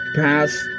past